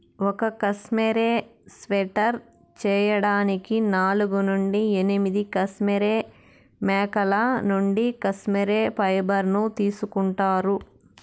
ఒక cashmere sweater చేయడానికి నాలుగు నుండి ఎనిమిది కష్మెరె మేకల నుండి కష్మెరె ఫైబర్ ను తీసుకుంటారు